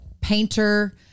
painter